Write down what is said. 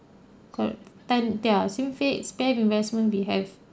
correct then ya SigFig spare investment we have